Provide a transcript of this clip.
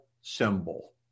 symbol